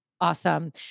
Awesome